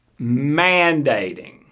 mandating